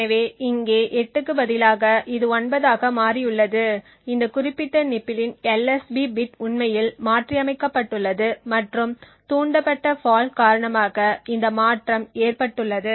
எனவே இங்கே 8 க்குப் பதிலாக இது 9 ஆக மாறியுள்ளது இந்த குறிப்பிட்ட நிப்பலின் LSB பிட் உண்மையில் மாற்றியமைக்கப்பட்டுள்ளது மற்றும் தூண்டப்பட்ட ஃபால்ட் காரணமாக இந்த மாற்றம் ஏற்பட்டுள்ளது